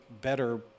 better